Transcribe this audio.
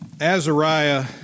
Azariah